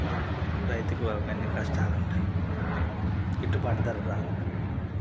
ఇప్పుడు రైతుకు ఎన్ని కష్టాలుంటాయి గిట్టుబాటు ధర రాదు